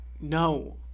No